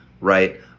Right